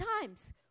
times